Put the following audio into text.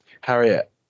harriet